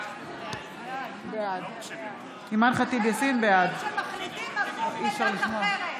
בעד יש פה אנשים שמחליטים הפוך, דת אחרת.